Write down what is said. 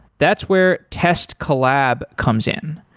that's where test collab comes in.